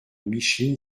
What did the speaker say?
micheline